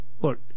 Look